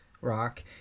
rock